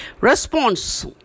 Response